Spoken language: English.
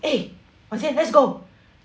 eh was it let's go